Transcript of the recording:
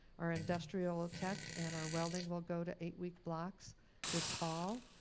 our industrial tech and our welding will go to eight-week blocks this fall.